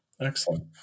Excellent